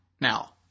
now